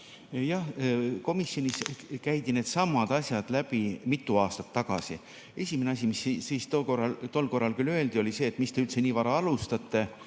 Jah, komisjonis käidi needsamad asjad läbi mitu aastat tagasi. Esimene asi, mis tol korral küll öeldi, oli see, et mis te üldse nii vara alustate.